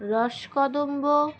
রসকদম্ব